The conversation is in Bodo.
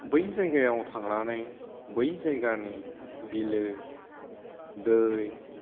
बै जायगायाव थांनानै बै जायगानि बिलो दै